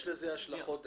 יש לזה השלכות.